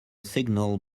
signal